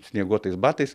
snieguotais batais